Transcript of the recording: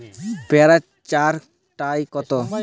পেয়ারা চার টায় কত?